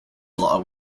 law